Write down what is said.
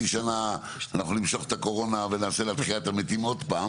שנה אנחנו נמשוך את הקורונה ונעשה לה עוד פעם תחיית המתים,